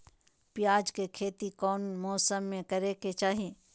प्याज के खेती कौन मौसम में करे के चाही?